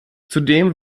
zudem